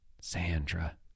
sandra